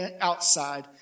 outside